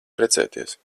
precēties